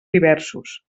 diversos